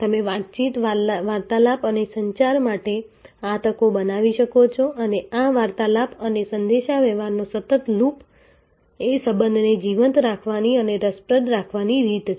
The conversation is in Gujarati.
તમે વાતચીત વાર્તાલાપ અને સંચાર માટે આ તકો બનાવી શકો છો અને આ વાર્તાલાપ અને સંદેશાવ્યવહારનો સતત લૂપ એ સંબંધને જીવંત રાખવાની અને રસપ્રદ રાખવાની રીત છે